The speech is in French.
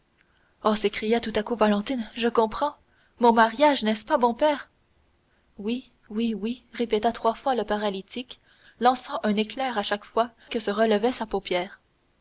oh s'écria tout à coup valentine je comprends mon mariage n'est-ce pas bon père oui oui oui répéta trois fois le paralytique lançant un éclair à chaque fois que se relevait sa paupière